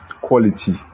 quality